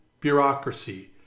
bureaucracy